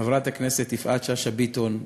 לחברת הכנסת יפעת שאשא ביטון,